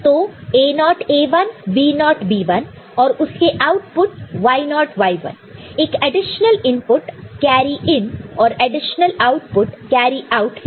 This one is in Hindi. तो A0 A1 B0 B1 और उसके आउटपुट Y0 Y1 एक एडिशनल इनपुट कैरी इन और एडिशनल आउटपुट कैरी आउट है